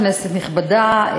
כנסת נכבדה,